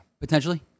Potentially